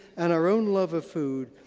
and our own love of food,